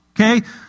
Okay